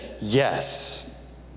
yes